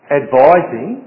advising